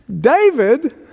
David